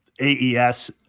AES